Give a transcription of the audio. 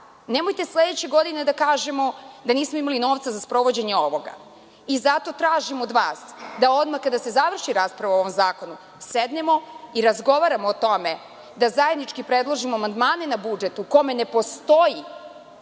Nemojte sledeće godine da kažemo da nismo imali novca za sprovođenje ovoga. Zato tražim od vas da odmah kada se završi rasprava o ovom zakonu sednemo i razgovaramo o tome da zajednički predložimo amandmane na budžet, u kome ne postoje